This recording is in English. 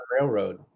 Railroad